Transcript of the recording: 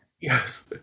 Yes